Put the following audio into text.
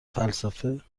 فلسفه